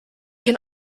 can